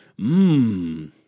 Mmm